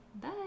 Bye